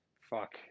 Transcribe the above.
Fuck